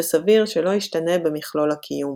וסביר שלא ישתנה במכלול הקיום.